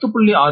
10